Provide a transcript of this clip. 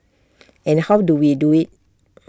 and how do we do IT